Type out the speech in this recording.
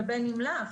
ובין אם לאו.